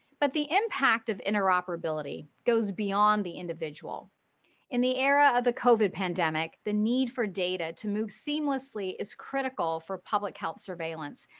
but the impact of interoperability goes beyond the individual in the era of the covert pandemic, the need for data to move seamlessly is critical for public health surveillance,